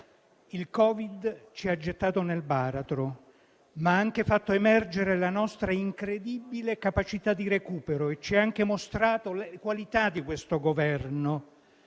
Il Covid-19 ci ha gettato nel baratro, ma ha anche fatto emergere la nostra incredibile capacità di recupero e ci ha anche mostrato le qualità di questo Governo.